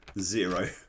zero